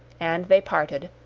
and they parted.